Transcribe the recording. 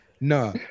Nah